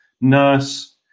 nurse